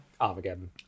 Armageddon